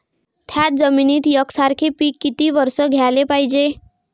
थ्याच जमिनीत यकसारखे पिकं किती वरसं घ्याले पायजे?